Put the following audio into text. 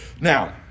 Now